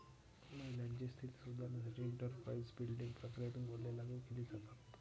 महिलांची स्थिती सुधारण्यासाठी एंटरप्राइझ बिल्डिंग प्रक्रियेतून मूल्ये लागू केली जातात